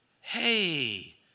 Hey